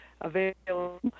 Available